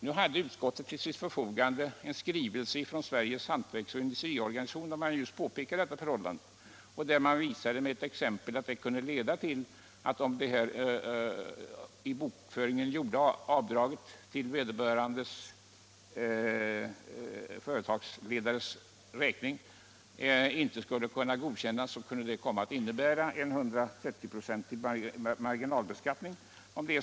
Nu hade utskottet till sitt förfogande en skrivelse från Sveriges Hantverks och industriorganisation där man just påpekade detta förhållande och med ett exempel visade att om i bokföringen gjorda avdrag för företagsledarens räkning inte skulle godkännas kunde det innebära en 130 procentig marginalbeskattning.